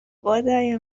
خدای